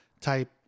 type